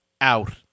out